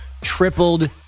tripled